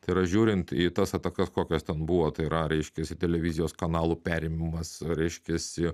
tai yra žiūrint į tas atakas kokios ten buvo tai yra reiškiasi televizijos kanalų perėmimas reiškiasi